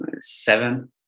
Seven